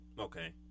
Okay